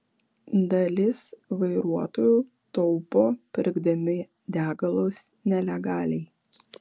dalis vairuotojų taupo pirkdami degalus nelegaliai